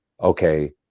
okay